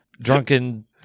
drunken